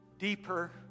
deeper